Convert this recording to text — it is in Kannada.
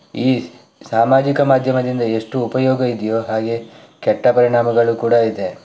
ಈ ಸಾಮಾಜಿಕ ಮಾಧ್ಯಮದಿಂದ ಎಷ್ಟು ಉಪಯೋಗ ಇದೆಯೋ ಹಾಗೆ ಕೆಟ್ಟ ಪರಿಣಾಮಗಳು ಕೂಡ ಇದೆ